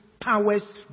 powers